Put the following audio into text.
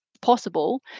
possible